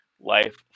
life